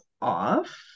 off